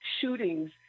shootings